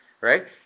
right